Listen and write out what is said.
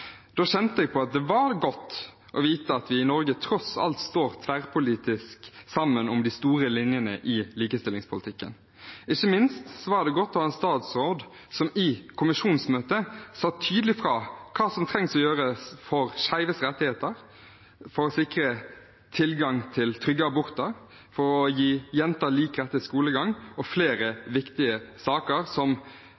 Da kjente jeg på at det var godt å vite at vi i Norge tross alt står tverrpolitisk sammen om de store linjene i likestillingspolitikken. Ikke minst var det godt å ha en statsråd som i kommisjonsmøtet sa tydelig fra hva som må gjøres for skeives rettigheter, for å sikre tilgang til trygge aborter, for å gi jenter lik rett til skolegang – og flere